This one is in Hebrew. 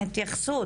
התייחסות,